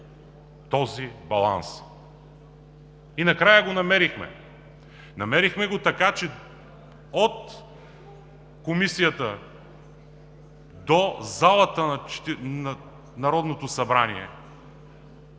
този баланс. И накрая го намерихме. Намерихме го така, че от Комисията до залата на Народното събрание